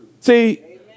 See